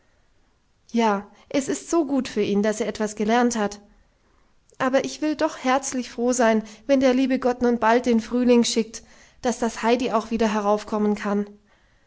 ja es ist so gut für ihn daß er etwas gelernt hat aber ich will doch herzlich froh sein wenn der liebe gott nun bald den frühling schickt daß das heidi auch wieder heraufkommen kann